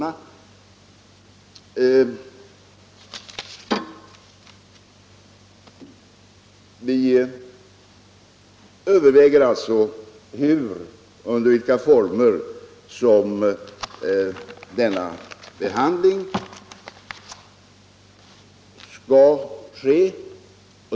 Vi överväger alltså under vilka former denna behandling skall ske.